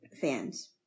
fans